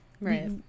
right